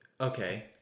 Okay